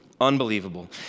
unbelievable